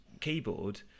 keyboard